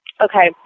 Okay